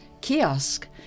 kiosk